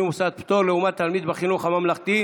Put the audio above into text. ובמוסד פטור לעומת תלמיד בחינוך הממלכתי,